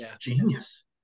genius